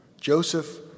Joseph